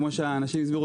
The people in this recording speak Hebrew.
כמו שאנשים הסבירו,